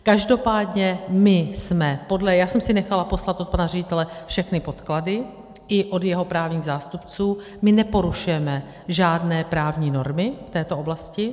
Každopádně my jsme já jsem si nechala poslat od pana ředitele všechny podklady, i od jeho právních zástupců, my neporušujeme žádné právní normy v této oblasti.